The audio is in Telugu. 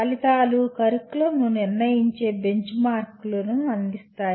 ఫలితాలు కరికులంను నిర్ణయించే బెంచ్మార్క్లను అందిస్తాయి